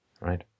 Right